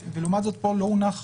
ולעומת זאת, פה לא הונחה